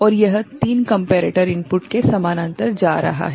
और यह 3 comparator input के समानांतर जा रहा है